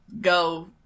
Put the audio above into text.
go